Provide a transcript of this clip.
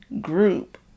group